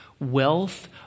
Wealth